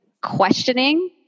questioning